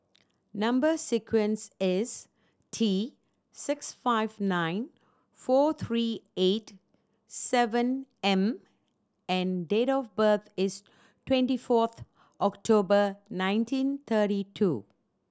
number sequence is T six five nine four three eight seven M and date of birth is twenty fourth October nineteen thirty two